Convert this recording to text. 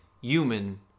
human